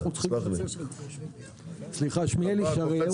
בחוק היא לא למנוע לא ערבוב אלא לבצע